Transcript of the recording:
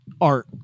art